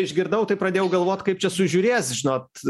išgirdau tai pradėjau galvot kaip čia sužiūrės žinot